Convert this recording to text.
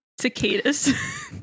Cicadas